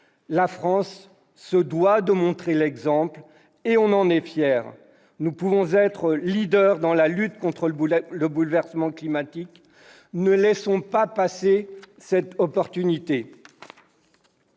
La France doit montrer l'exemple et doit en être fière. Nous pouvons être leaders dans la lutte contre le bouleversement climatique. Ne laissons pas passer cette opportunité